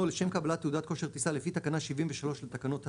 לשם קבלת תעודת כושר טיסה לפי תקנה 73 לתקנות התיעוד,